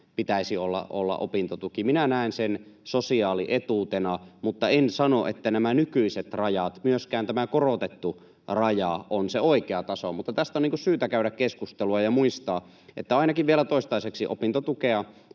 pitäisi olla opintotuki. Minä näen sen sosiaalietuutena, mutta en sano, että nämä nykyiset rajat, myöskään tämä korotettu raja, on se oikea taso. Tästä on syytä käydä keskustelua ja muistaa, että ainakin vielä toistaiseksi opintotukea